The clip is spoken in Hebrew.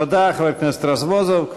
תודה, חבר הכנסת רזבוזוב.